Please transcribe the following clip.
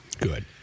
Good